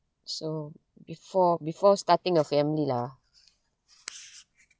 so before before starting a family lah